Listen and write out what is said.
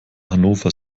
hannover